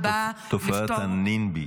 תופעת ה- NIMBY,